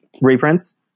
reprints